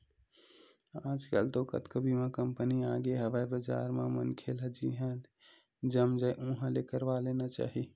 आजकल तो कतको बीमा कंपनी आगे हवय बजार म मनखे ल जिहाँ ले जम जाय उहाँ ले करवा लेना चाही